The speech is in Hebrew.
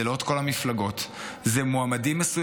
זה לא כל המפלגות, אלה מועמדים מסוימים.